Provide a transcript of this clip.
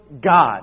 God